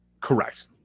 Correct